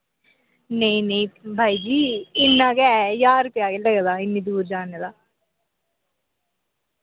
नेईं नेईं भाई जी इ'न्ना गै ज्हार रपेया गै लगदा इ'न्नी दूर जाने दा